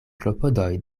klopodoj